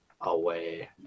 away